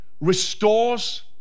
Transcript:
restores